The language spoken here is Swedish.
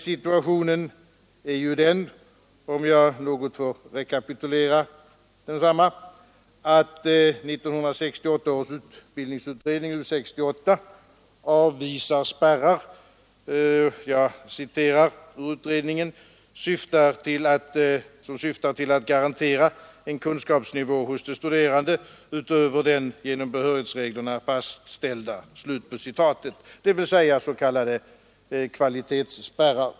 Situationen är ju den — om jag något får rekapitulera densamma — att 1968 års utbildningsutredning, U 68, avvisar spärrar som ”syftar till att garantera en kunskapsnivå hos de studerande utöver den genom behörighetsreglerna fastställda”, dvs. s.k. kvalitetsspärrar.